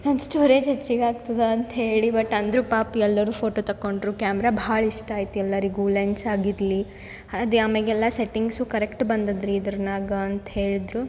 ನನ್ನ ಸ್ಟೋರೇಜ್ ಹೆಚ್ಚಿಗೆ ಆಗ್ತದ ಅಂತ ಹೇಳಿ ಬಟ್ ಅಂದರು ಪಾಪ ಎಲ್ಲರು ಫೋಟೋ ತಗೊಂಡ್ರು ಕ್ಯಾಮರಾ ಭಾಳ ಇಷ್ಟ ಆಯಿತು ಎಲ್ಲಾರಿಗು ಲೆನ್ಸ್ ಆಗಿರಲಿ ಅದೇ ಅಮ್ಯಾಗೆಲ್ಲಾ ಸೆಟ್ಟಿಂಗ್ಸು ಕರೆಕ್ಟ್ ಬಂದದ ರೀ ಇದ್ರನಾಗ ಅಂತ ಹೇಳಿದ್ರು